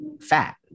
fat